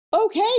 Okay